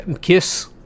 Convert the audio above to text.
Kiss